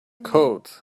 code